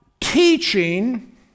teaching